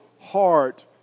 heart